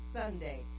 Sunday